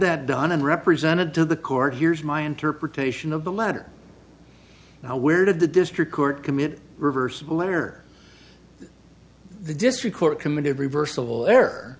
that done and represented to the court here's my interpretation of the letter now where did the district court commit reversible error the district court committed reversible